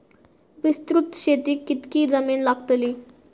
विस्तृत शेतीक कितकी जमीन लागतली?